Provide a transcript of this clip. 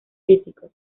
físicos